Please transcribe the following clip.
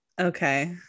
Okay